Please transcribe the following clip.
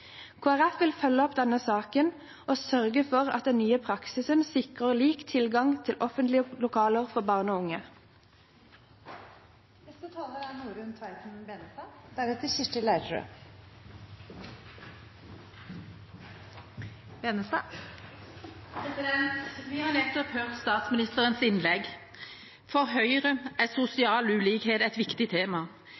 vil følge opp denne saken og sørge for at den nye praksisen sikrer lik tilgang til offentlige lokaler for barn og